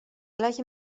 gleich